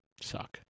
Suck